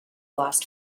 lost